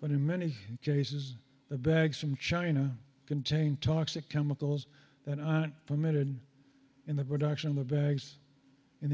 but in many cases the bags from china contain toxic chemicals that fermented in the production of the bags in the